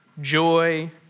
joy